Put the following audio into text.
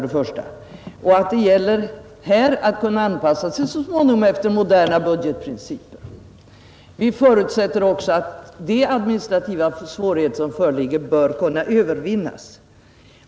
Det gäller för det andra att här så småningom kunna anpassa sig efter moderna budgetprinciper. Vi förutsätter också att de administrativa svårigheter som föreligger skall kunna övervinnas.